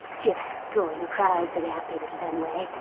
just drawing a crowd so we have people to turn away.